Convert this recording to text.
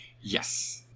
Yes